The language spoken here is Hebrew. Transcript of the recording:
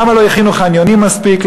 למה לא הכינו חניונים מספיק,